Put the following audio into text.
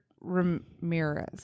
Ramirez